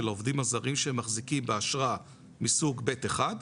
העובדים הזרים שמחזיקים באשרה מסוג ב.1,